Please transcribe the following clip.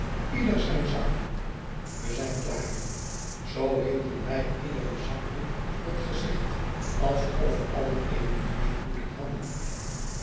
ieder zijn zakdoek we zijn klaar zoo hielden wij ieder een zakdoek voor het gezicht alsof alien eene neusbloeding hadden